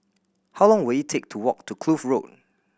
how long will it take to walk to Kloof Road